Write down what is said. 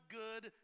good